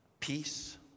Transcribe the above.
Peace